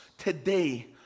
today